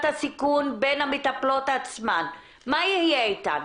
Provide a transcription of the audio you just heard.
הסיכון בין המטפלות עצמן - מה יהיה איתן?